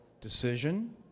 decision